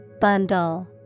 Bundle